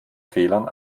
fehlern